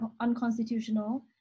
unconstitutional